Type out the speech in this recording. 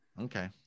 Okay